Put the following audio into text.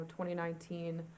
2019